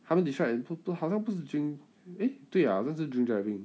他们 describe eh 好像不是 drin~ eh 对啊好像是 drink driving